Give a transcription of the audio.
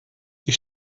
die